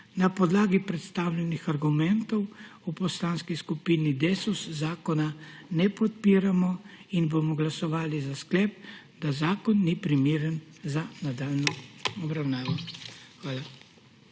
Na podlagi predstavljenih argumentov v Poslanski skupini Desus zakona ne podpiramo in bomo glasovali za sklep, da zakon ni primeren za nadaljnjo obravnavo. Hvala.